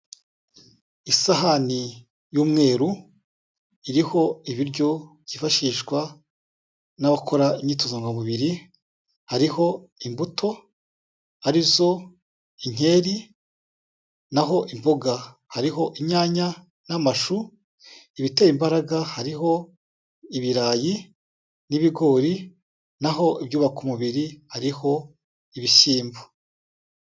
Isahani y'umweru iriho ibiryo byifashishwa n'abakora imyitozomubiri. Hariho imbuto arizo: inkeri, naho imboga hariho inyanya n'amashu, ibitera imbaraga hariho ibirayi n'ibigori, naho ibyubaka umubiri hariho ibishyimbo.